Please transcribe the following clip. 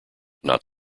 not